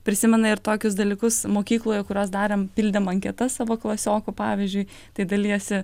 prisimena ir tokius dalykus mokykloje kuriuos darėm pildėm anketas savo klasiokų pavyzdžiui tai dalijasi